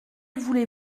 voulez